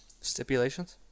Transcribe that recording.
stipulations